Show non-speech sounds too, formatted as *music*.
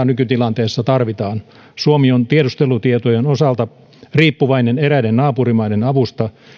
*unintelligible* nykytilanteessa tarvitaan suomi on tiedustelutietojen osalta riippuvainen eräiden naapurimaiden avusta